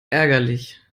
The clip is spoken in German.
ärgerlich